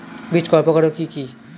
বীজ কয় প্রকার ও কি কি?